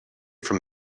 from